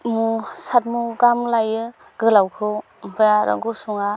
सात मु गाहाम लायो गोलावखौ ओमफ्राय आरो गुसुंआ